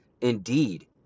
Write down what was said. indeed